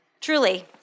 Truly